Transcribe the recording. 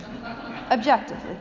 Objectively